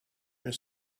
they